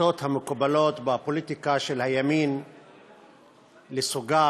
השיטות המקובלות בפוליטיקה של הימין לסוגיו,